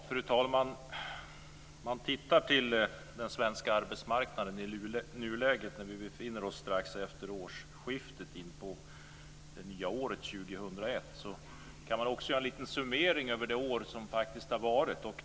Fru talman! Om man tittar på den svenska arbetsmarknaden i nuläget, en bit in på det nya året 2001, kan man också göra en liten summering över det år som har gått.